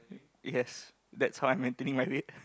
yes that's how I'm maintaining my weight